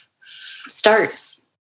starts